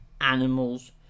animals